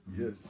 Yes